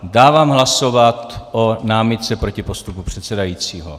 Dávám hlasovat o námitce proti postupu předsedajícího.